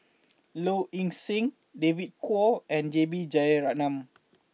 Low Ing Sing David Kwo and J B Jeyaretnam